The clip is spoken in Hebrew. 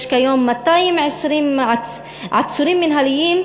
יש כיום 220 עצורים מינהליים,